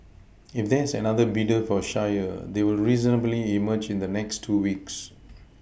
if there is another bidder for Shire they will reasonably emerge in the next two weeks